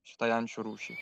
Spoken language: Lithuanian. šitai ančių rūšiai